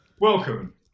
Welcome